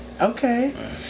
okay